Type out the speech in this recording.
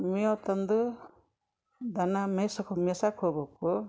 ಮೇವ ತಂದು ದನ ಮೇಸುಕ್ ಮೇಸಾಕೆ ಹೋಗ್ಬಕು